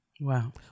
wow